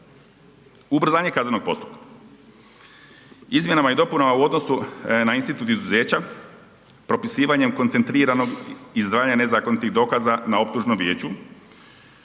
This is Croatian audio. ubrzanje kaznenog postupka, izmjenama i dopunama u odnosu na institut izuzeća, propisivanje koncentriranog izdvajanja nezakonitih dokaza na optužnom vijeću,